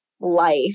life